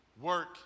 work